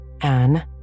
Anne